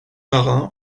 marin